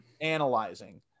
analyzing